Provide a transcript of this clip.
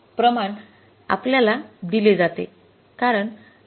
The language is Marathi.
प्रमाण आम्हाला दिले जाते